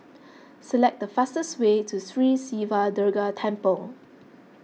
select the fastest way to Sri Siva Durga Temple